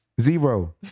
Zero